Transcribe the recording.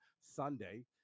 Sunday